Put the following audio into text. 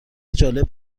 جالب